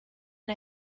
and